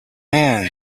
man